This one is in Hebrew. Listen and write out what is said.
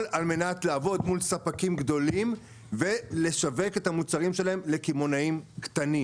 על מנת לעבוד מול ספקים גדולים ולשווק את המוצרים לקמעונאים קטנים.